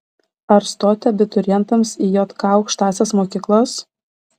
ar stoti abiturientams į jk aukštąsias mokyklas